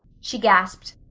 she gasped.